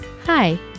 Hi